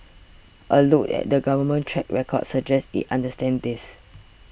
a look at the Government's track record suggests it understands this